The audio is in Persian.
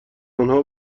آنها